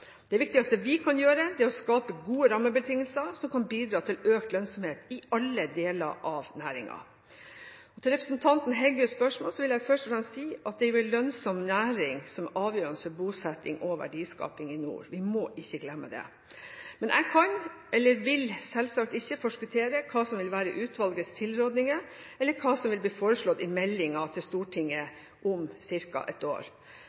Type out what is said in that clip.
Det viktigste vi kan gjøre, er å skape gode rammebetingelser som kan bidra til økt lønnsomhet i alle deler av næringen. Til representanten Heggøs spørsmål vil jeg først og fremst si at det er en lønnsom næring som er avgjørende for bosetting og verdiskaping i nord. Vi må ikke glemme det. Jeg kan, eller vil, selvsagt ikke forskuttere hva som vil være utvalgets tilrådinger, eller hva som vil bli foreslått i meldingen til Stortinget om ca. ett år.